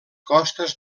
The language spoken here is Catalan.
costes